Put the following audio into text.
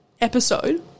episode